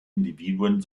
individuen